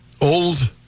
old